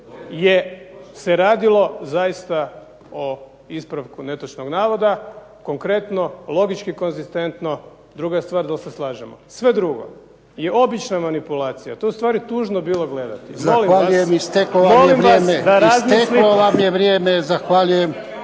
je se radilo zaista o ispravku netočnog navoda. Konkretno, logički konzistentno. Druga je stvar da li se slažemo. Sve drugo je obična manipulacija, to je ustvari tužno bilo gledati. Molim vas… **Jarnjak,